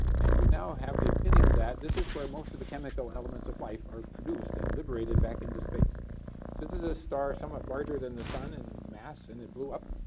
and we now have the opinion that this is where most of the chemical elements of life are produced and liberated back into space. so this is a star, somewhat larger than the sun in and mass and it blew up